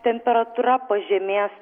temperatūra pažemės